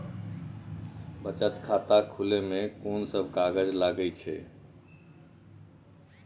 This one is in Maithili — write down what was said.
बचत खाता खुले मे कोन सब कागज लागे छै?